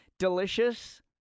delicious